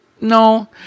no